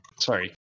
sorry